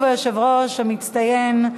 שוב, היושב-ראש המצטיין,